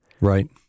Right